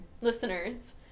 listeners